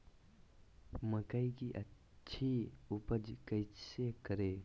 मकई की अच्छी उपज कैसे करे?